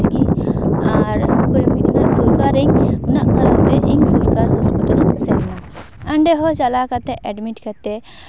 ᱛᱤᱜᱤ ᱟᱨ ᱥᱚᱨᱠᱟᱨᱤᱧ ᱚᱱᱟ ᱛᱟᱞᱟᱛᱮ ᱤᱧ ᱥᱚᱨᱠᱟᱨ ᱦᱚᱥᱯᱤᱴᱟᱞ ᱤᱧ ᱥᱮᱱ ᱞᱮᱱᱟ ᱚᱸᱰᱮ ᱦᱚᱸ ᱪᱟᱞᱟᱣ ᱠᱟᱛᱮ ᱮᱰᱢᱤᱴ ᱠᱟᱛᱮ